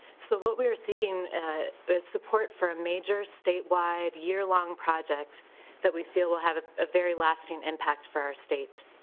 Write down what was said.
so what we are seeking his support for a major statewide year-long project that we feel will have a very lasting impact for our state.